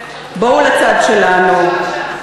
בואו לצד שלנו,